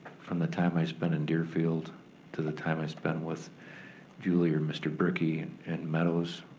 from the time i spend in deerfield to the time i spend with julie or mr. brickey at meadows,